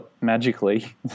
magically